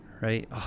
Right